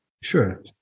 Sure